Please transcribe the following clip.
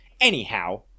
anyhow